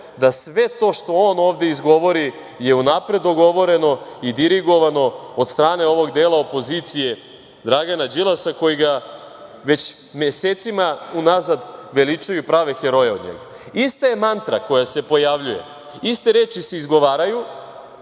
da sve to što on ovde izgovori je unapred dogovoreno i dirigovano od strane ovog dela opozicije Dragana Đilasa koji ga već mesecima unazad veličaju i prave heroje od njega. Ista je mantra koja se pojavljuje, iste reči se izgovaraju